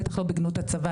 ובטח לא בגנות הצבא,